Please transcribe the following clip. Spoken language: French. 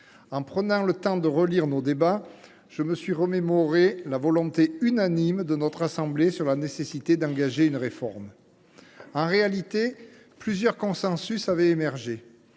En prenant le temps de relire nos débats de l’année dernière, je me suis remémoré l’unanimité de notre assemblée sur la nécessité d’engager une réforme. En réalité, plusieurs consensus avaient émergé,